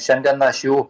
šiandien aš jų